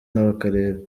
n’akarere